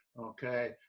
okay